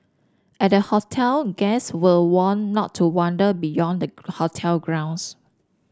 at the hotel guests were warned not to wander beyond the hotel grounds